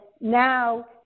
now